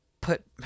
put